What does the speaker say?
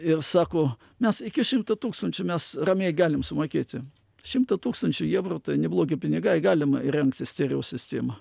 ir sako mes iki šimto tūkstančių mes ramiai galim sumokėti šimtą tūkstančių evrų tai neblogi pinigai galima įrengti stereo sistemą